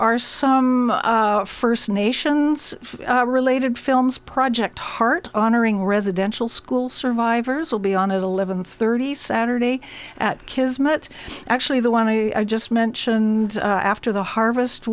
are some first nations related films project heart honoring residential school survivors will be on at eleven thirty saturday at kismet actually the one i just mentioned after the harvest